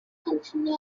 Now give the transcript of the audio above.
continue